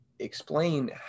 explain